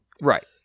Right